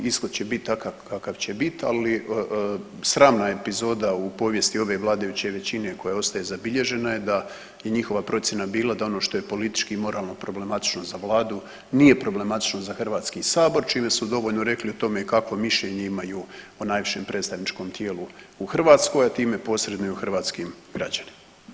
Ishod će biti takav kakav će biti, ali sramna epizoda u povijesti ove vladajuće većine koja ostaje zabilježena je da je njihova procjena bila da ono što je politički i moralno problematično za vladu, nije problematično za Hrvatski sabor čime su dovoljno rekli kakvo mišljenje imaju o najvišem predstavničko tijelu u Hrvatskoj, a time posredno i o hrvatskim građanima.